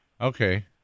Okay